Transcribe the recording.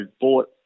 bought